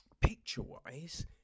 picture-wise